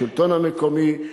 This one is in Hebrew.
השלטון המקומי,